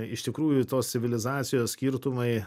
iš tikrųjų tos civilizacijos skirtumai